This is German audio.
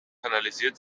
kanalisiert